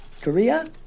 Korea